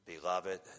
Beloved